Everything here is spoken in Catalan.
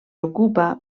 ocupa